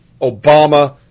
Obama